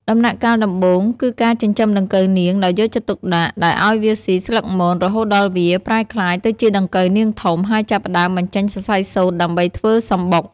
ដំណាក់កាលដំបូង គឺការចិញ្ចឹមដង្កូវនាងដោយយកចិត្តទុកដាក់ ដោយឱ្យវាស៊ីស្លឹកមន រហូតដល់វាប្រែក្លាយទៅជាដង្កូវនាងធំ ហើយចាប់ផ្តើមបញ្ចេញសរសៃសូត្រដើម្បីធ្វើសម្បុក។